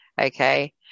okay